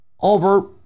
over